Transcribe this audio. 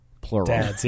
plural